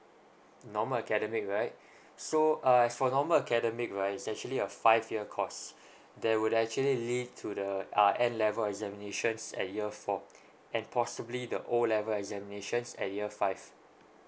normal academic right so as for normal academic right is actually a five year course that would actually lead to the uh N level examinations at year four and possibly the O level examinations at year five